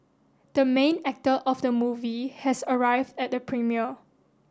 the main actor of the movie has arrived at the premiere